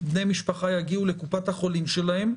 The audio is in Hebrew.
בני משפחה יגיעו לקופת החולים שלהם,